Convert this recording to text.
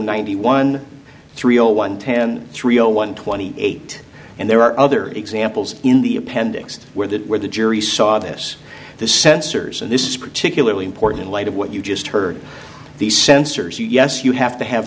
ninety one three zero one ten three zero one twenty eight and there are other examples in the appendix where the where the jury saw this the sensors and this is particularly important in light of what you just heard these sensors yes you have to have